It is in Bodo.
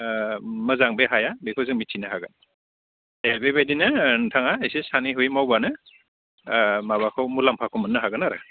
मोजां बे हाया बेखौ जों मिथिनो हागोन दे बेबायदिनो नोंथाङा एसे सानै हयै मावबानो माबाखौ मुलाम्फाखौ मोननो हागोन आरो